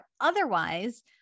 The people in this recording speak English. Otherwise